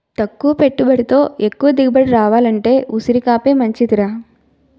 తక్కువ పెట్టుబడితో ఎక్కువ దిగుబడి రావాలంటే ఉసిరికాపే మంచిదిరా